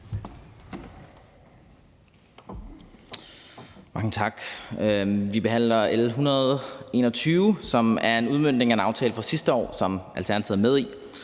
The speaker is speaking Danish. Mange tak. Vi behandler L 121, som er en udmøntning af en aftale fra sidste år, som Alternativet er med i.